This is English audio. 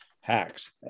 hacks